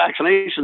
vaccinations